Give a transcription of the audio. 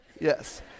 Yes